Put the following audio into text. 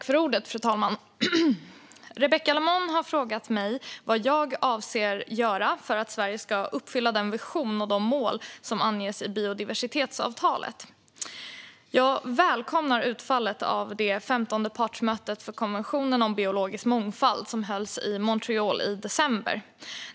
Fru talman! Rebecka Le Moine har frågat mig vad jag avser att göra för att Sverige ska uppfylla den vision och de mål som anges i biodiversitetsavtalet. Jag välkomnar utfallet av det 15:e partsmötet för konventionen om biologisk mångfald som hölls i Montréal i december.